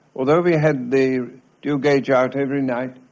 although we had the dew gauge out every night,